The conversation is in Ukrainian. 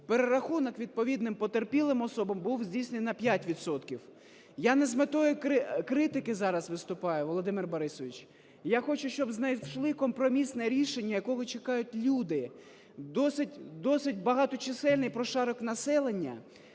перерахунок відповідним потерпілим особам був здійснений на 5 відсотків. Я не з метою критики зараз виступаю, Володимир Борисович, я хочу, щоб знайшли компромісне рішення, якого чекають люди, доситьбагаточисельний прошарок населення,